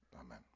Amen